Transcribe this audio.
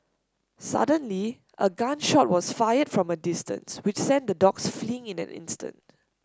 suddenly a gun shot was fired from a distance which sent the dogs fleeing in an instant